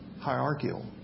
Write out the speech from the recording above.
hierarchical